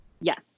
Yes